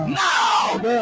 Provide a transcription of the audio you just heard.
now